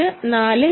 ഇത് 4